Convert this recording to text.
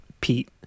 Pete